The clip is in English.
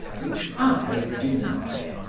which i deny.